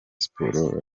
siporo